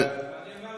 אני אומר לך,